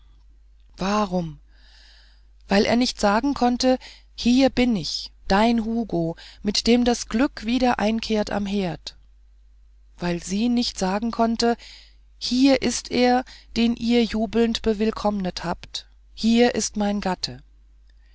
warum weil er nicht sagen konnte hier bin ich dein hugo mit dem das glück wieder einkehrt am herd weil sie nicht sagen konnte hier ist er den ihr jubelnd bewillkommt habt hier ist mein gatte